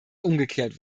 umgekehrt